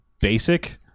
basic